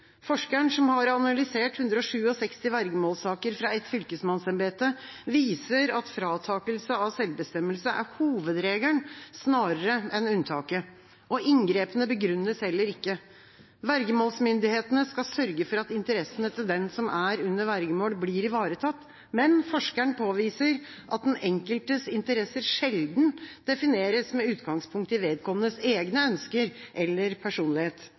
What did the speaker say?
Forskeren, som har analysert 167 vergemålssaker fra ett fylkesmannsembete, viser at fratakelse av selvbestemmelse er hovedregelen snarere enn unntaket. Inngrepene begrunnes heller ikke. Vergemålsmyndighetene skal sørge for at interessene til den som er under vergemål, blir ivaretatt. Men forskeren påviser at den enkeltes interesser sjelden defineres med utgangspunkt i vedkommendes egne ønsker eller personlighet.